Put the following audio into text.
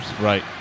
Right